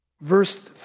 Verse